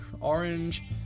orange